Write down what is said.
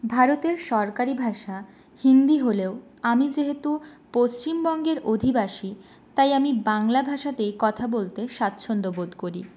ভারতের সরকারি ভাষা হিন্দি হলেও আমি যেহেতু পশ্চিমবঙ্গের অধিবাসী তাই আমি বাংলা ভাষাতেই কথা বলতে স্বাচ্ছন্দ্য বোধ করি